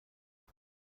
برم